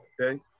Okay